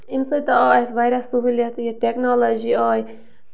اَمہِ سۭتۍ تہِ آو اَسہِ واریاہ سہوٗلیت یہِ ٹٮ۪کنالجی آے